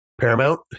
paramount